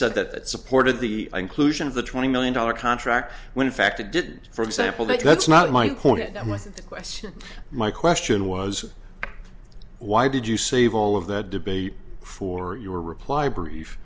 said that supported the conclusion of the twenty million dollar contract when in fact it did for example that that's not my point and with the question my question was why did you save all of that debate for your reply brief